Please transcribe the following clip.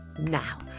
Now